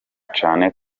cane